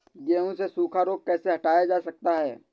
गेहूँ से सूखा रोग कैसे हटाया जा सकता है?